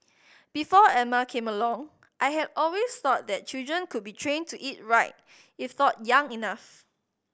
before Emma came along I had always thought that children could be trained to eat right if taught young enough